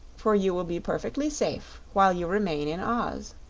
for you will be perfectly safe while you remain in oz.